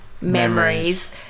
Memories